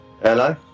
Hello